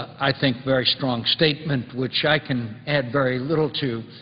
i think, very strong statement which i can add very little to.